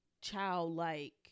childlike